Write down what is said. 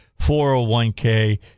401K